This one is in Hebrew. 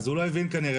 אז הוא לא הבין כנראה.